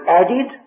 added